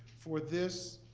for this,